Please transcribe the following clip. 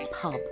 pub